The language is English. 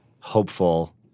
hopeful